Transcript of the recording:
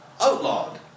outlawed